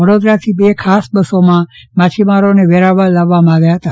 વડોદરાથી બે ખાસ બસોમાં માછીમારોને વેરાવળ લાવવામાં આવ્યા હતા